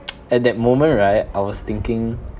at that moment right I was thinking